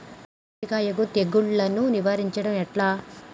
పత్తి కాయకు తెగుళ్లను నివారించడం ఎట్లా?